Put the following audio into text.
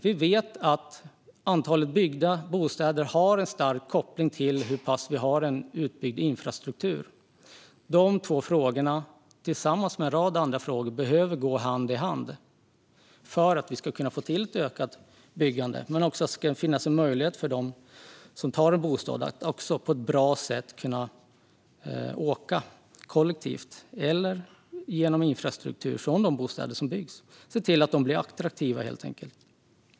Vi vet att antalet byggda bostäder har en stark koppling till graden av utbyggd infrastruktur. Dessa två frågor, tillsammans med en rad andra frågor, behöver gå hand i hand för att vi ska kunna få till ett ökat byggande. Det ska finnas bra infrastruktur och möjligheter för den som tar en bostad att åka kollektivt. Så blir de bostäder som byggs attraktiva.